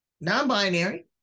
non-binary